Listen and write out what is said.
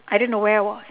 I didn't know where I was